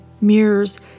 mirrors